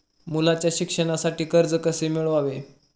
मुलाच्या शिक्षणासाठी कर्ज कसे मिळवावे?